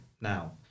now